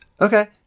Okay